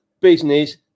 business